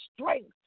strength